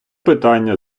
питання